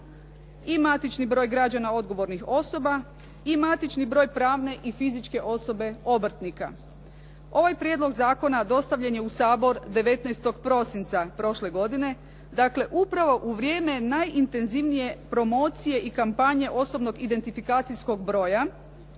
i matični broj građana odgovornih osoba i matični broj pravne i fizičke osobe obrtnika. Ovaj prijedlog zakona dostavljen je u Sabor 19. prosinca prošle godine, dakle upravo u vrijeme najintenzivnije promocije i kampanje osobnog identifikacijskog broja.